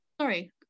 sorry